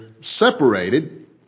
separated